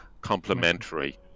complementary